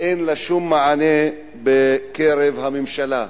אין לה שום מענה בקרב הממשלה.